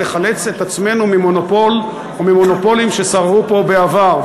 ונחלץ את עצמנו ממונופול או ממונופולים ששררו פה בעבר.